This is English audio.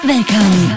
Welcome